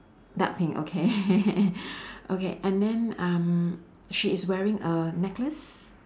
dark pink okay okay and then um she is wearing a necklace